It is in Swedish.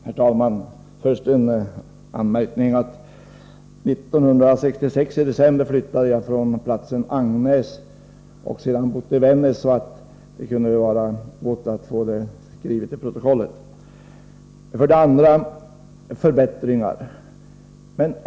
Herr talman! Först en anmärkning. 1966 i december flyttade jag från Agnäs och har sedan bott i Vännäs. Det kunde vara gott att få det taget till protokollet. Sedan till talet om förbättringar.